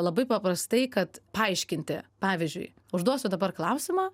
labai paprastai kad paaiškinti pavyzdžiui užduosiu dabar klausimą